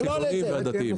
החילונים והדתיים.